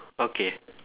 okay